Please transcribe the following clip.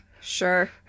Sure